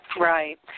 Right